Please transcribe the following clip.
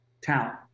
talent